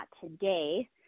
today